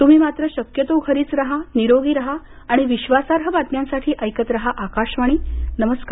तुम्ही मात्र शक्यतो घरीच राहा निरोगी राहा आणि विश्वासार्ह बातम्यांसाठी ऐकत राहा आकाशवाणी नमस्कार